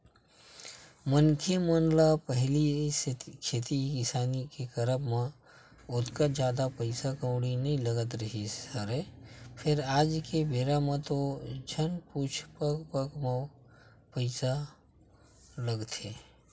मनखे मन ल पहिली खेती किसानी के करब म ओतका जादा पइसा कउड़ी नइ लगत रिहिस हवय फेर आज के बेरा म तो झन पुछ पग पग म पइसा लगथे